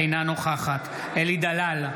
אינה נוכחת אלי דלל,